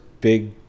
big